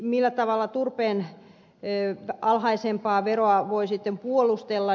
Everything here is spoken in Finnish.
millä tavalla turpeen alhaisempaa veroa voi sitten puolustella